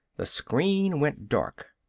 the screen went dark.